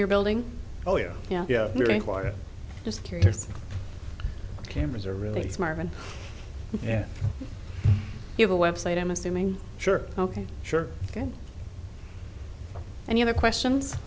your building oh yeah yeah yeah very quiet just curious cameras are really smart and yeah you have a website i'm assuming sure ok sure and you know questions